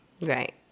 Right